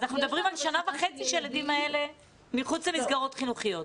אז אנחנו מדברים על שנה וחצי שהילדים האלה מחוץ למסגרות חינוכיות.